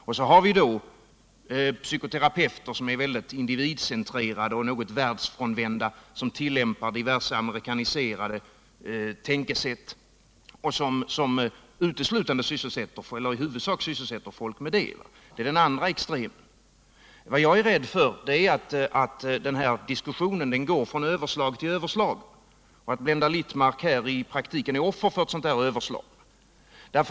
Sedan har vi psykoterapeuter som är mycket individcentrerade och något världsfrånvända och som tillämpar diverse amerikaniserade tankesätt och i huvudsak sysselsätter folk med det. Det är den andra extremen. Vad jag är rädd för är att diskussionen går från överslag till överslag och att Blenda Littmarck här i praktiken är offer för ett sådant överslag.